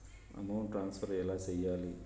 amount transfer ఎలా సేయాలి